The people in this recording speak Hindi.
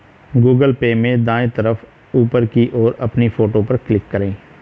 गूगल पे में दाएं तरफ ऊपर की ओर अपनी फोटो पर क्लिक करें